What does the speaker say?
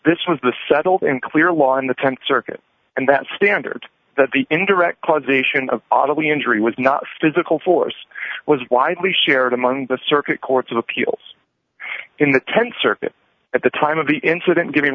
this was the settled and clear law on the th circuit and that standard that the indirect causation of audibly injury was not physical force was widely shared among the circuit courts of appeals in the th circuit at the time of the incident giving